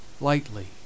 Lightly